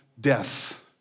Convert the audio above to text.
death